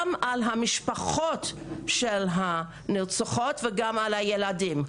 על המשפחות של הנרצחות וגם על הילדים.